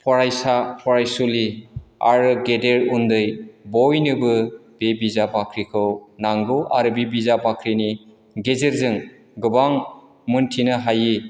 फरायसा फरायसुलि आरो गेदेर उन्दै बयनोबो बे बिजाब बाख्रिखौ नांगौ आरो बे बिजाब बाख्रिनि गेजेरजों गोबां मोनथिनो हायि